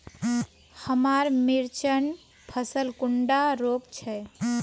हमार मिर्चन फसल कुंडा रोग छै?